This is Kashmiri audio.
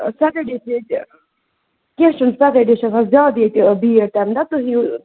ا سیٹَرڈیٚے چھِ ییٚتہِ کیٚنٛہہ چھُنہٕ سیٚٹَرڈیٚے چھِ آسان زیادٕ ییٚتہِ بھیٖڈ تَمہِ دۄہہ تُہۍ یِیِو